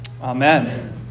Amen